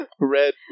red